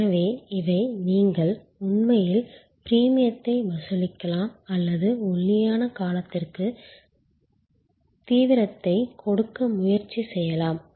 எனவே இவை நீங்கள் உண்மையில் பிரீமியத்தை வசூலிக்கலாம் அல்லது ஒல்லியான காலத்திற்கு தீவிரத்தை கொடுக்க முயற்சி செய்யலாம்